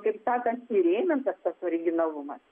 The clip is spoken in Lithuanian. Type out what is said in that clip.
kaip sakant įrėmintas tas originalumas